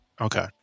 Okay